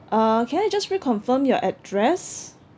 uh can I just reconfirm your address